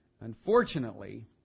Unfortunately